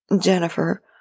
Jennifer